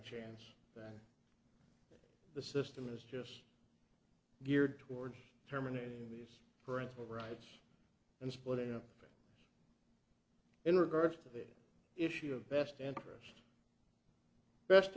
chance the system is just geared towards terminating these parental rights and splitting up and in regards to the issue of best interest best